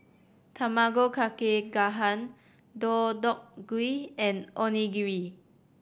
Tamago Kake Gohan Deodeok Gui and Onigiri